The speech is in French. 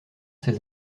ses